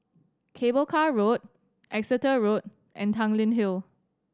Cable Car Road Exeter Road and Tanglin Hill